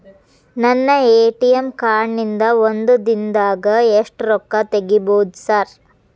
ನನ್ನ ATM card ನಿಂದಾ ಒಂದ್ ದಿಂದಾಗ ಎಷ್ಟ ರೊಕ್ಕಾ ತೆಗಿಬೋದು ಸಾರ್?